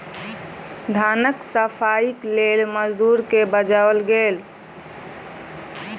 धानक सफाईक लेल मजदूर के बजाओल गेल